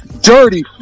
Dirty